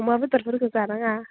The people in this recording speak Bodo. अमा बेदरफोरखो जानाङा